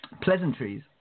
Pleasantries